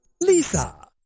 Lisa